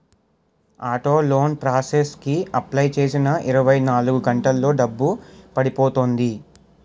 auto loan process కి apply చేసిన ఇరవై నాలుగు గంటల్లో డబ్బు పడిపోతుంది